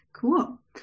Cool